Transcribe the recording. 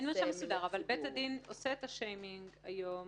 אין מרשם מסודר אבל בית הדין עושה את השיימינג היום